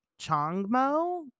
Changmo